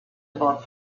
about